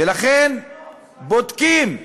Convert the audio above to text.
ולכן בודקים,